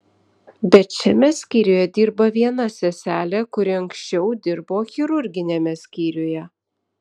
bet šiame skyriuje dirba viena seselė kuri anksčiau dirbo chirurginiame skyriuje